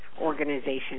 Organization